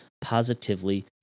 positively